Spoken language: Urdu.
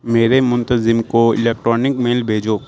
میرے منتظم کو الیکٹرانک میل بھیجو